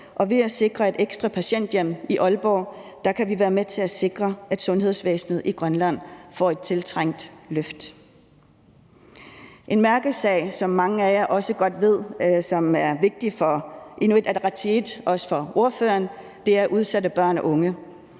ved at sikre et ekstra patienthjem i Aalborg kan vi være med til at sikre, at sundhedsvæsenet i Grønland får et tiltrængt løft. En mærkesag, som mange af jer også godt ved er vigtig for Inuit Ataqatigiit og også